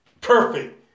perfect